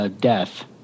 death